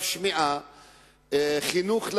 כדי לשפר את השירות בשנים הקרובות, משרד